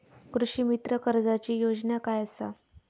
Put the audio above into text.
कृषीमित्र कर्जाची योजना काय असा?